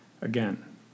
Again